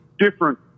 Different